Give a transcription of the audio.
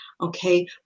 okay